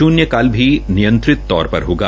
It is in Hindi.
शून्य काल भी नियंत्रित तौर पर होगा